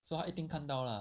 so 他一定看到 lah